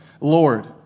Lord